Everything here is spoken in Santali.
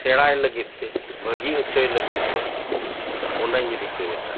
ᱥᱮᱬᱟᱭ ᱞᱟᱹᱜᱤᱫ ᱛᱮ ᱵᱷᱟᱹᱜᱤ ᱦᱚᱪᱚᱭ ᱞᱟᱹᱜᱤᱫ ᱛᱮ ᱚᱱᱟᱧ ᱨᱤᱠᱟᱹᱭᱫᱟ